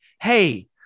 hey